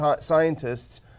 scientists